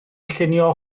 llunio